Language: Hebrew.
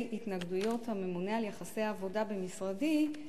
התנגדויות הממונה על יחסי עבודה במשרדי,